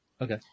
Okay